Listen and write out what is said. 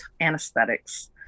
anesthetics